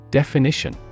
definition